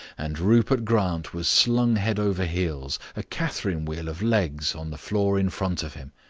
and rupert grant was slung head over heels, a catherine wheel of legs, on the floor in front of him.